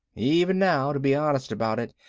even now, to be honest about it,